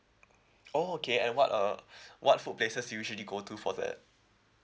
oh okay and what uh what food places do you usually go to for that